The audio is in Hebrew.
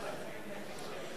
תפקידו.